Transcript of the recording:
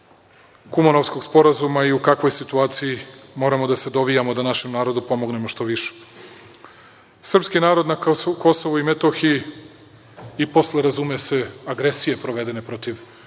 Kumanovskog sporazuma i u kakvoj situaciji moramo da se dovijamo da našem narodu pomognemo što više. Srpski narod na Kosovu i Metohiji i posle, razume se, agresije provedene protiv